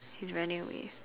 he's running away